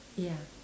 ya